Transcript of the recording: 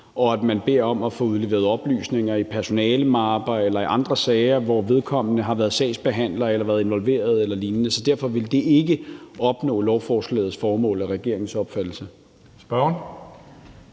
og at man beder om at få udleveret oplysninger i personalemapper eller i andre sager, hvor vedkommende har været sagsbehandler eller været involveret på lignende vis. Så derfor vil man med det ikke opnå det, som er lovforslagets formål, efter regeringens opfattelse. Kl.